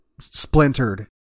splintered